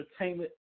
Entertainment